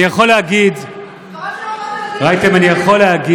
אני יכול להגיד, חבל שלא באת